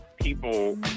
people